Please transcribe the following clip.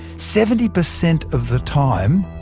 seventy per cent of the time,